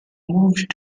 moved